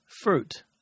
fruit